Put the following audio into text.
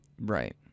Right